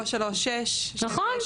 336. נכון,